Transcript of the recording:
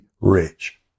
rich